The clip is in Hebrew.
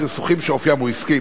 סכסוכים שאופיים עסקי,